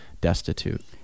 destitute